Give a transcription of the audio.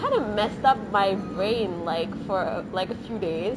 kind of messed up my brain like for like a few days